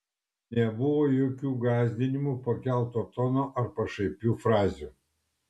nebuvo jokių gąsdinimų pakelto tono ar pašaipių frazių